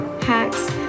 hacks